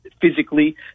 physically